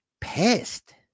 pissed